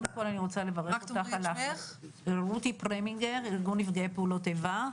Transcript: אני מארגון נפגעי פעולות איבה.